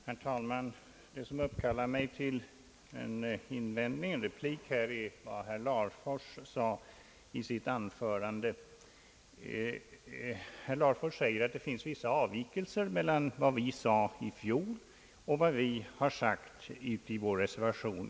Herr talman! Det som uppkallar mig till en replik är vad herr Larfors fram höll i sitt anförande. Herr Larfors menade, att det föreligger vissa avvikelser mellan vad vi anförde i fjol och vad vi i år skriver i vår reservation.